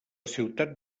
ciutat